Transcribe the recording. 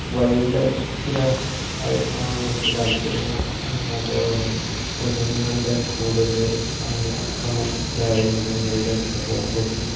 wild graph ആയിട്ടാണ് എനിക്ക് താൽപര്യം അതേപോലെ മൃഗങ്ങളുടെ കൂടെല് അക്രമാസക്തരായ മൃഗങ്ങളുടെയൊക്കെ ഫോട്ടോസും